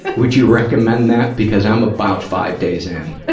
but would you recommend that? because i'm about five days in.